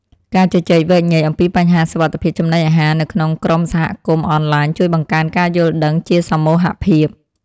ការជជែកវែកញែកអំពីបញ្ហាសុវត្ថិភាពចំណីអាហារនៅក្នុងក្រុមសហគមន៍អនឡាញជួយបង្កើនការយល់ដឹងជាសមូហភាព។